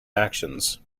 actions